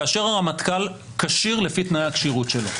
כאשר הרמטכ"ל כשיר לפי תנאי הכשירות שלו,